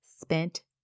spent